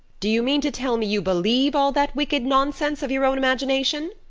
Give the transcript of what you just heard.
do you mean to tell me you believe all that wicked nonsense of your own imagination?